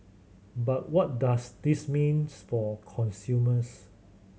but what does this means for consumers